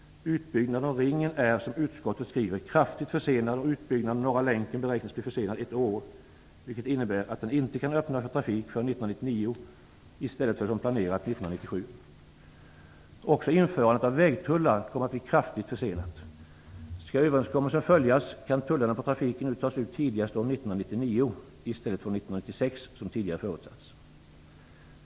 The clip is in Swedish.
Utbyggnaden av Ringen är, som utskottet skriver, kraftigt försenad, och utbyggnaden av Norra länken beräknas bli försenad ett år. Det innebär att den inte kan öppnas för trafik förrän 1999, i stället för som planerat 1997. Också införandet av vägtullar kommer att bli kraftigt försenat. Skall överenskommelsen följas kan tullarna på trafiken tas ut tidigast år 1999 i stället för år 1996, som tidigare förutsatts.